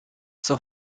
zur